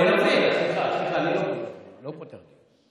סליחה, כמה דקות אחרי הזמן.